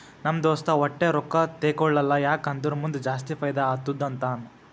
ನಮ್ ದೋಸ್ತ ವಟ್ಟೆ ರೊಕ್ಕಾ ತೇಕೊಳಲ್ಲ ಯಾಕ್ ಅಂದುರ್ ಮುಂದ್ ಜಾಸ್ತಿ ಫೈದಾ ಆತ್ತುದ ಅಂತಾನ್